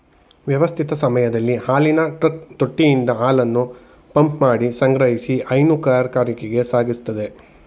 ವ್ಯವಸ್ಥಿತ ಸಮಯದಲ್ಲಿ ಹಾಲಿನ ಟ್ರಕ್ ತೊಟ್ಟಿಯಿಂದ ಹಾಲನ್ನು ಪಂಪ್ಮಾಡಿ ಸಂಗ್ರಹಿಸಿ ಹೈನು ಕಾರ್ಖಾನೆಗೆ ಸಾಗಿಸ್ತದೆ